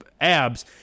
abs